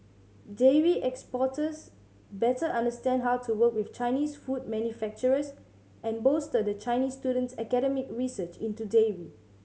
dairy exporters better understand how to work with Chinese food manufacturers and bolster the Chinese student's academic research into dairy